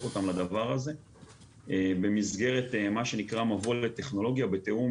אותם לדבר הזה במסגרת מה שנקרא 'מבוא לטכנולוגיה' בתיאום